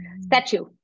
statue